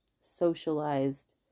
socialized